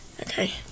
Okay